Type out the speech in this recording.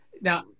Now